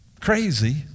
crazy